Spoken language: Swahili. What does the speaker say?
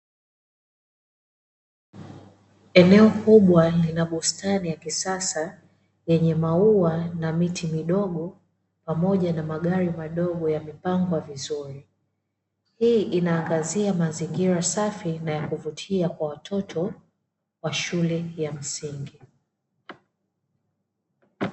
Eneo kubwa lina bustani ya kisasa yenye maua na miti midogo pamoja na magari madogo yamepangwa vizuri, hii inaangazia mazingira safi na ya kuvutia kwa watoto wa shule ya msingi.